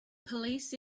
police